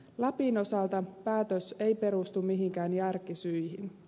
lapin osalta päätös ei perustu mihinkään järkisyihin